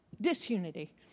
disunity